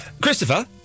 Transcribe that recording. Christopher